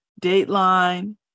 dateline